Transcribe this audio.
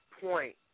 point